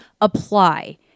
apply